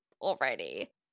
already